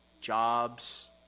jobs